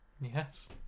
Yes